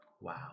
Wow